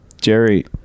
jerry